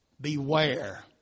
beware